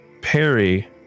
Perry